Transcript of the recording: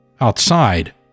Outside